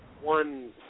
one